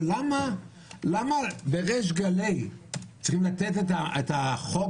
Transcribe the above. אבל למה בריש גלי צריכים לתת את החוק